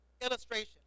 Illustration